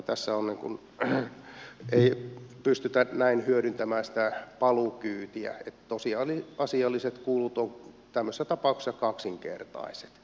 tässä ei pystytä näin hyödyntämään sitä paluukyytiä eli tosiasialliset kulut ovat tämmöisessä tapauksessa kaksinkertaiset